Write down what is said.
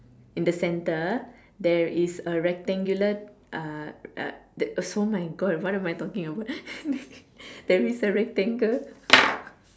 in the center there is a rectangular uh uh oh my God what am I talking about there is a rectangle